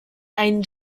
ein